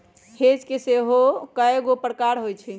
hedge के सेहो कएगो प्रकार होइ छै